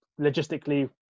logistically